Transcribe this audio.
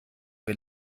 wir